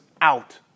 out